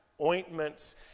ointments